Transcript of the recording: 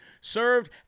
served